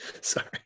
Sorry